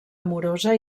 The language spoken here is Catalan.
amorosa